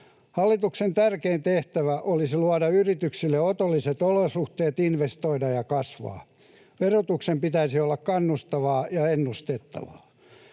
Hallituksen tärkein tehtävä olisi luoda yrityksille otolliset olosuhteet investoida ja kasvaa. Verotuksen pitäisi olla kannustavaa ja ennustettavaa.